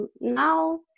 now